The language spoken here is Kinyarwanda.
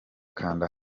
kanda